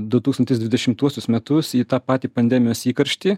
du tūkstantis dvidešimtuosius metus į tą patį pandemijos įkarštį